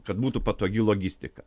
kad būtų patogi logistika